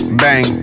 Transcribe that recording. bang